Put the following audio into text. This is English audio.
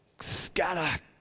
scatter